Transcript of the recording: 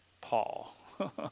Paul